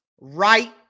right